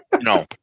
no